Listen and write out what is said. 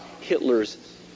Hitler's